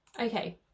okay